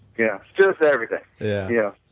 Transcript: yeah, it's just everything yeah